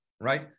right